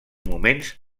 moments